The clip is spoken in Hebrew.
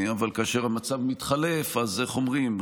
אבל כאשר המצב מתחלף, אז איך אומרים?